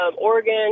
Oregon